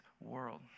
world